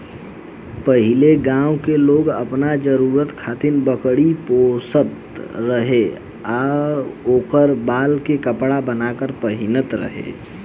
पहिले गांव के लोग आपन जरुरत खातिर बकरी पोसत रहे आ ओकरा बाल से कपड़ा बाना के पहिनत रहे